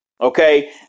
Okay